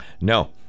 No